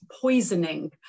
poisoning